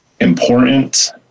important